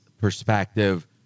perspective